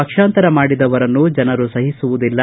ಪಕ್ಷಾಂತರ ಮಾಡಿದವರನ್ನು ಜನರು ಸಹಿಸೊಲ್ಲ